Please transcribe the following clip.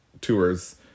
tours